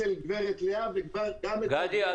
זה